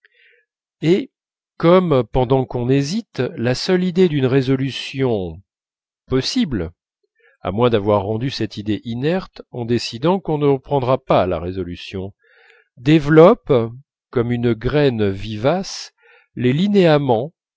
et comme pendant qu'on hésite la seule idée d'une résolution possible à moins d'avoir rendu cette idée inerte en décidant qu'on ne prendra pas la résolution développe comme une graine vivace les linéaments